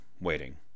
waiting